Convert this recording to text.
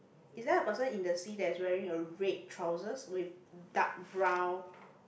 is there a person in the sea that's wearing a red trousers with dark brown